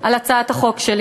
על הצעת החוק שלי.